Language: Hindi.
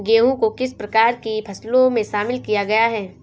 गेहूँ को किस प्रकार की फसलों में शामिल किया गया है?